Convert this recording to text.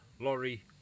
lorry